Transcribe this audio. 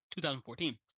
2014